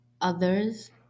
others